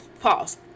pause